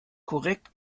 korrekt